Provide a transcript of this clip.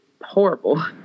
Horrible